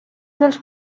dels